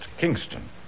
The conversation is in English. Kingston